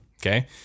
Okay